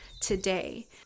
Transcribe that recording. today